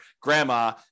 grandma